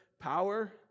power